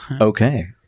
Okay